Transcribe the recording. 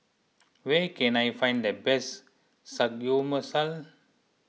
where can I find the best